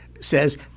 says